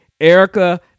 Erica